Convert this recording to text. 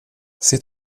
ses